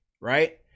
right